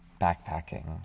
backpacking